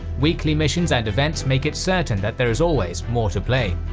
weekly missions and events make it certain that there is always more to play!